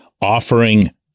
offering